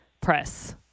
Press